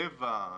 אנשי קבע,